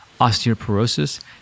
osteoporosis